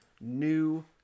new